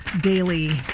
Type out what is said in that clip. daily